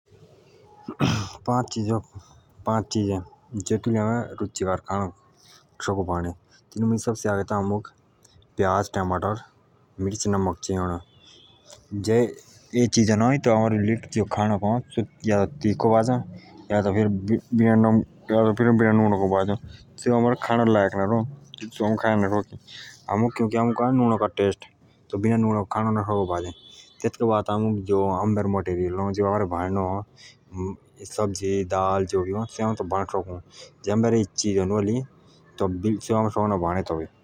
पांच चीजों जेतू लिया हमें रुचि कारखाना सकूं बाणे तैतू मुदा आमूक सबसे आगे टमाटर प्याज मिर्च नमक चैई अणी जे एजी चीज ना अई तहे या खाडक अनूणो या यूको बाजों सेजों सामने खाएं ना‌ सकी क्योंकि आमूक अ नूण का टेस्ट नूण के बिना खाणक ना‌सकी बाजे तेतूके बाद हामूक मटेरियल सब्जी दाल चेइ तबे सामने तेतूक बाडे सकूं जे एजी चीज ‌ना‌‌अणी तबे हामे खाणक सकना बाणे।